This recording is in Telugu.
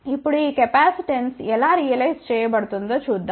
ఇప్పుడు ఈ కెపాసిటెన్స్ ఎలా రియలైజ్ చేయబడుతుందో చూద్దాం